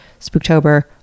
spooktober